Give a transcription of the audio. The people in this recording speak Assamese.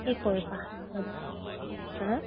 কি কৰিবা হা